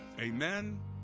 Amen